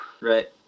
Right